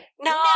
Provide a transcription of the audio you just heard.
No